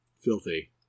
filthy